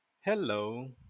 Hello